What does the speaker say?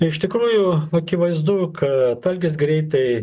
iš tikrųjų akivaizdu kad algis greitai